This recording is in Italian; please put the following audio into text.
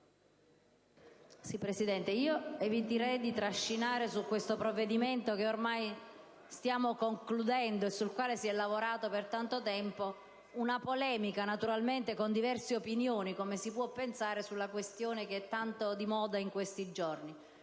Presidente, io eviterei di trascinare su questo provvedimento, che ormai stiamo concludendo, e sul quale abbiamo lavorato per tanto tempo, una polemica, naturalmente con diverse opinioni, come si può ben pensare, sulla questione che è tanto di moda in questi giorni.